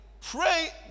pray